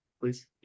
please